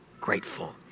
grateful